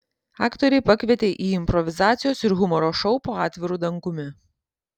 aktoriai pakvietė į improvizacijos ir humoro šou po atviru dangumi